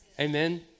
Amen